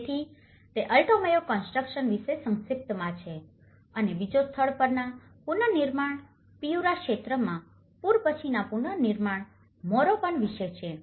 તેથી તે Alto Mayo constructions વિશે સંક્ષિપ્તમાં છે અને બીજો સ્થળ પરના પુનર્નિર્માણ પીયૂરા ક્ષેત્રમાં પૂર પછીના પુનર્નિર્માણ મોરોપન વિશે છે